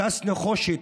"טס נחושת",